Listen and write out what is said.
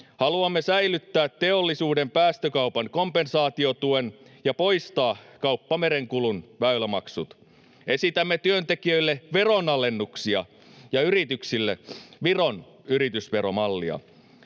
Haluamme säilyttää teollisuuden päästökaupan kompensaatiotuen ja poistaa kauppamerenkulun väylämaksut. Esitämme työntekijöille veronalennuksia ja yrityksille Viron yritysveromallia.